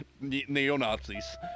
neo-Nazis